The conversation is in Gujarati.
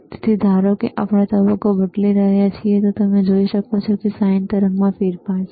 તેથી ધારો કે આપણે તબક્કો બદલી રહ્યા છીએ તમે જોઈ શકો છો કે sin તરંગમાં ફેરફાર છે